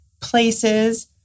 places